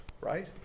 right